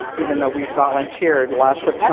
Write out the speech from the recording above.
even though we volunteered lots of